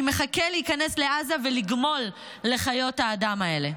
אני מחכה להיכנס לעזה ולגמול לחיות האדם האלה".